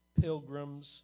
pilgrims